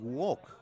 walk